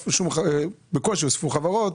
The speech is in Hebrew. ובקושי התווספו חברות.